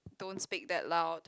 don't speak that loud